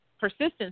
persistence